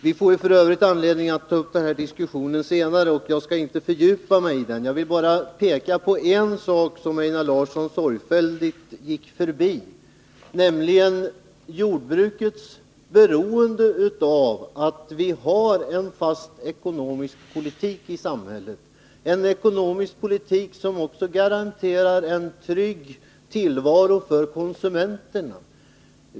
Vi får f. ö. anledning att ta upp den här diskussionen senare, och jag skall inte fördjupa mig i den. Jag vill bara peka på en sak som Einar Larsson sorgfälligt gick förbi, nämligen jordbrukets beroende av att vi har en fast ekonomisk politik i samhället, en ekonomisk politik som också garanterar en trygg tillvaro för konsumenterna.